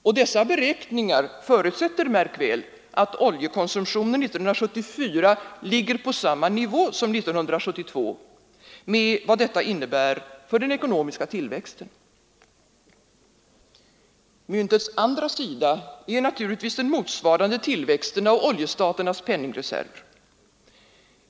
Och dessa beräkningar förutsätter — märk väl — att oljekonsumtionen 1974 ligger på samma nivå som 1972, med vad detta innebär för den ekonomiska tillväxten. Myntets andra sida är naturligtvis den motsvarande tillväxten av oljestaternas penningreserver.